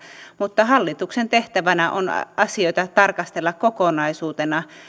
mutta hallituksen tehtävänä on tarkastella asioita kokonaisuutena